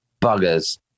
buggers